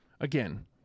again